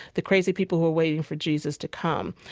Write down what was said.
the crazy people who are waiting for jesus to come.